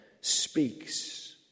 speaks